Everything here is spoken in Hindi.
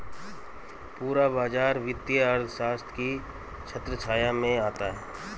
पूरा बाजार वित्तीय अर्थशास्त्र की छत्रछाया में आता है